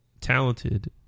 talented